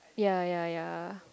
ya ya ya